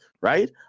right